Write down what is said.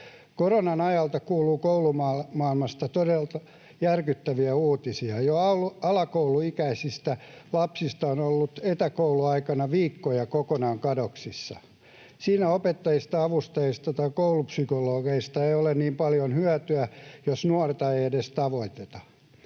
Koronan ajalta kuuluu koulumaailmasta todella järkyttäviä uutisia. Osa jo alakouluikäisistä lapsista on ollut etäkouluaikana viikkoja kokonaan kadoksissa. Siinä opettajista, avustajista tai koulupsykologeista ei ole paljon hyötyä, jos nuorta ei edes tavoiteta.